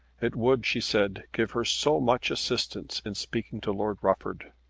it would, she said, give her so much assistance in speaking to lord rufford!